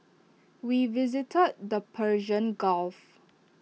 we visited the Persian gulf